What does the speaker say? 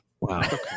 Wow